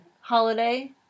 Holiday